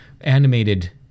animated